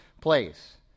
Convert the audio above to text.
place